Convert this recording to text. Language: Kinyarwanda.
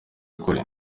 ukuri